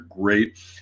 great